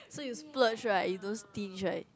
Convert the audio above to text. so you splurge right you don't stinge right